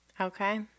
Okay